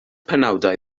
penawdau